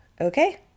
Okay